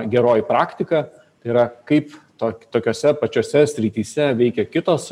geroji praktika tai yra kaip to tokiose pačiose srityse veikia kitos